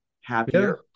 happier